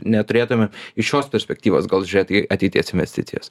neturėtume iš šios perspektyvos gal žiūrėt į ateities investicijas